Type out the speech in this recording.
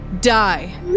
Die